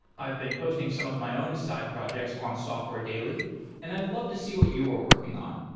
i've been posting some of my own side projects on software daily and i'd love to see what you're working on.